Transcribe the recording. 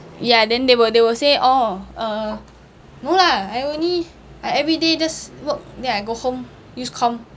ya then they will they will say oh uh no lah I only I everyday just work then I go home use comp